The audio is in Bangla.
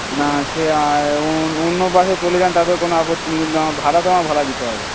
না সে অন্য বাসে চলে যান তাতে কোনো আপত্তি নেই কিন্তু আমার ভাড়া তোমায় ভাড়া দিতে হবে